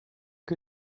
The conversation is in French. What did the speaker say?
que